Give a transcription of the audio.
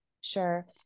sure